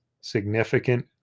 significant